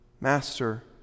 Master